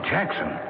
Jackson